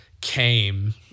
came